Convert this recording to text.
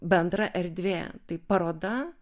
bendra erdvė tai paroda